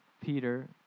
Peter